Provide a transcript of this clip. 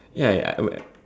ya ya I would have